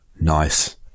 Nice